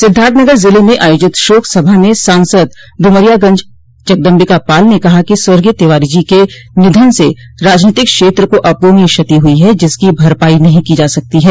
सिद्धार्थनगर जिले में आयोजित शोक सभा में सांसद ड्रमरियागंज जगदम्बिकापाल ने कहा कि स्वर्गीय तिवारी जी के निधन से राजनीतिक क्षेत्र को अपूरणोय क्षति हुई है जिसकी भरपाई नहीं की सकती है